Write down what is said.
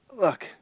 Look